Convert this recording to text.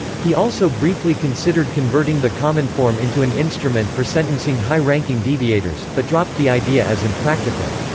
he also briefly considered converting the cominform into an instrument for sentencing high-ranking deviators, but dropped the idea as impractical.